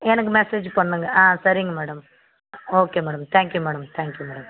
எனக்கு மெசேஜ் பண்ணுங்கள் ஆ சரிங்க madam okay madam thank you madam thank you madam